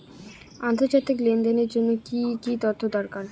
আন্তর্জাতিক লেনদেনের জন্য কি কি তথ্য দরকার?